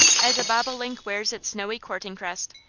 as a bobolink wears its snowy courting crest,